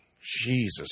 Jesus